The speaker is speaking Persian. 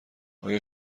آیا